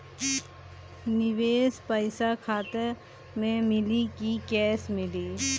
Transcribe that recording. निवेश पइसा खाता में मिली कि कैश मिली?